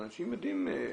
אנשים יודעים,